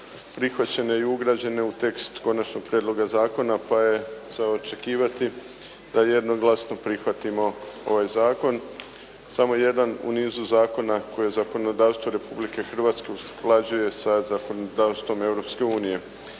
prihvaćene i ugrađene u tekst konačnoga prijedloga zakona pa je za očekivati da jednoglasno prihvatimo ovaj zakon, samo jedan u nizu zakona koje zakonodavstvo Republike Hrvatske usklađuje sa zakonodavstvom Europske unije.